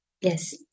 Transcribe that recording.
Yes